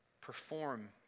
perform